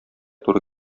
туры